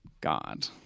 God